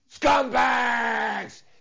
scumbags